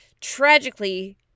tragically